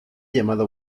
llamado